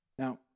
Now